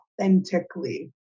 authentically